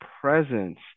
presence